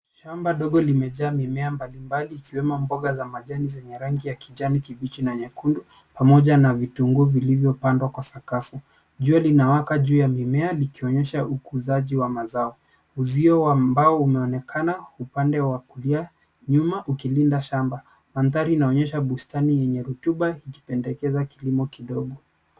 Shamba ndogo limemea mimea mbalimbali ikiwemo mboga za majani zenye rangi ya kijani kibichi pamoja na vitunguu vilivyopandwa kwa sakafu. Jua linawaka juu ya mimea likionyesha ukuzaji wa mazao. Uzio wa mbao unaonekana upande wa kulia nyuma ukilinda shamba. Mandhari inaonyesha bustani yenye rutuba ikipendekeza kilimo kidogo.